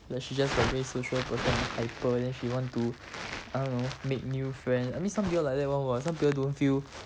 like she just a very social person hyper then she want to I don't know make new friend I mean some of you all like that [one] [what] some people don't feel